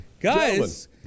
Guys